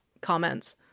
comments